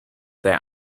their